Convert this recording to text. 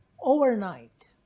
overnight